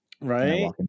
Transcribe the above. Right